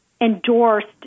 endorsed